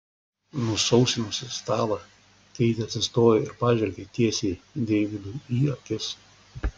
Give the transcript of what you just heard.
nusausinusi stalą keitė atsistojo ir pažvelgė tiesiai deividui į akis